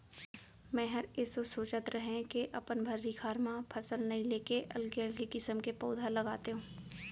मैंहर एसो सोंचत रहें के अपन भर्री खार म फसल नइ लेके अलगे अलगे किसम के पउधा लगातेंव